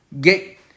get